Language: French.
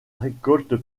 récolte